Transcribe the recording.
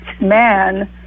man